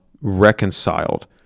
reconciled